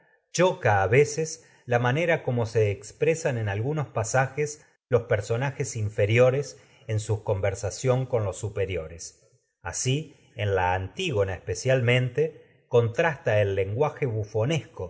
a veces la manera como expresan algunos pasajes los personajes inferiores con en su conversación los superiores así en la antígona especialmente contrasta el del mensajero que lenguaje bufonesco